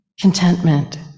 contentment